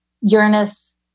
Uranus